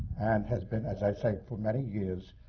and has been, as i say, for many years,